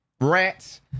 rats